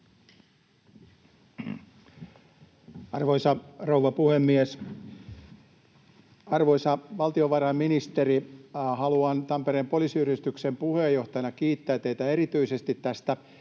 Arvoisa rouva puhemies! Arvoisa valtiovarainministeri, haluan Tampereen poliisien yhdistyksen puheenjohtajana kiittää teitä erityisesti tästä